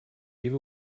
give